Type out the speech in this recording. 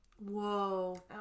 whoa